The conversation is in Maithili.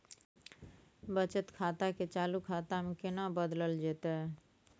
बचत खाता के चालू खाता में केना बदलल जेतै?